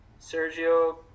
sergio